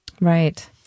Right